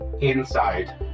inside